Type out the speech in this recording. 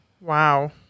Wow